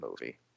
movie